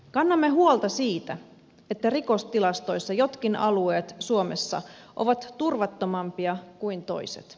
kannamme huolta siitä että rikostilastoissa jotkin alueet suomessa ovat turvattomampia kuin toiset